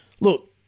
look